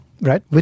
right